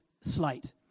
slate